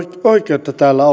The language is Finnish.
oikeutta täällä